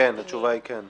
כן, התשובה היא כן.